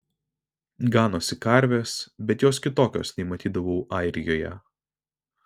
ganosi karvės bet jos kitokios nei matydavau airijoje